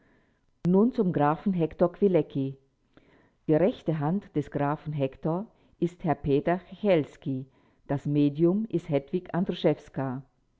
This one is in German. nun zum grafen hektor kwilecki die rechte hand des grafen hektor ist herr peter hechelski das medium ist hedwig andruszewska